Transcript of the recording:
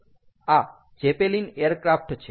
આ Zeppelin aircraft છે